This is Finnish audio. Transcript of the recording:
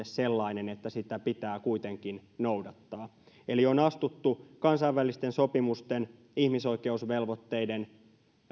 sellainen että sitä pitää kuitenkin noudattaa eli on astuttu kansainvälisten sopimusten ihmisoikeusvelvoitteiden